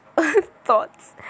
thoughts